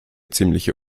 ziemliche